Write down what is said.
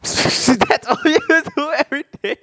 is that all you do everyday